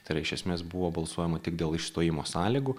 tai yra iš esmės buvo balsuojama tik dėl išstojimo sąlygų